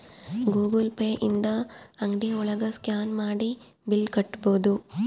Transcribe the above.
Google Pay ಇಂದ ಅಂಗ್ಡಿ ಒಳಗ ಸ್ಕ್ಯಾನ್ ಮಾಡಿ ಬಿಲ್ ಕಟ್ಬೋದು